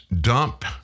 dump